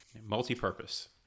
multi-purpose